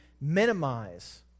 minimize